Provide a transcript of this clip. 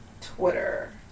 Twitter